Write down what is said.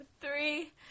Three